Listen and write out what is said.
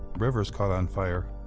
rivers caught on fire.